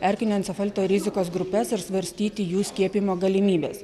erkinio encefalito rizikos grupes ir svarstyti jų skiepijimo galimybes